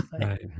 right